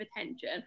attention